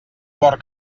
mort